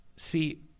See